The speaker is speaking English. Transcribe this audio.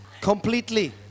Completely